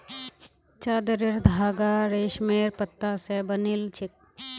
चादरेर धागा रेशमेर पत्ता स बनिल छेक